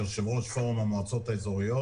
יושב-ראש פורום המועצות האזוריות.